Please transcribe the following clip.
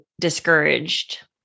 discouraged